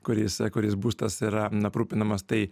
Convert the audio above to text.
kuriais kuriais būstas yra neaprūpinamas tai